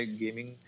gaming